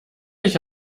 ich